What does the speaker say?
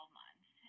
months